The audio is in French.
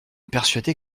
persuader